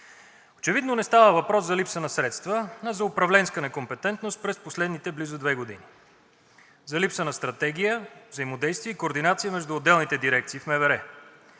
Очевидно не става въпрос за липса на средства, а за управленска некомпетентност през последните близо две години, за липса на стратегия, взаимодействие, координация между отделните дирекции в МВР.